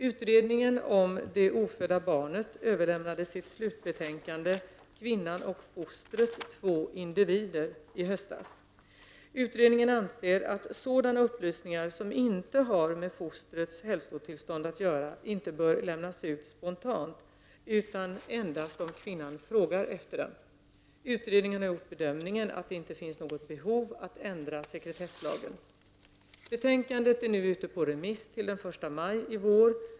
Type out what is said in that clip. Utredningen om det ofödda barnet överlämnade sitt slutbetänkande, Den gravida kvinnan och fostret — två individer, i höstas. Utredningen anser att sådana upplysningar som inte har med fostrets hälsotillstånd att göra inte bör lämnas ut spontant utan endast om kvinnan frågar efter dem. Utredningen har gjort bedömningen att det inte finns något behov att ändra sekretesslagen. Betänkandet är nu ute på remiss till den 1 maj i vår.